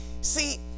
See